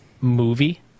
movie